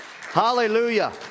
Hallelujah